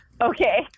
okay